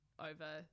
over